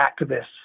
activists